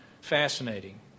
fascinating